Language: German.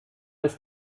ist